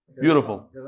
beautiful